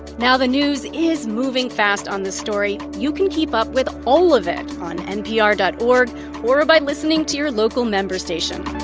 now, the news is moving fast on this story. you can keep up with all of it on npr dot org or or by listening to your local member station.